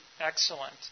excellent